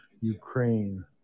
Ukraine